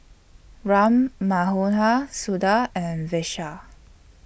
Ram Manohar Suda and Vishal